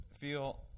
feel